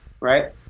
right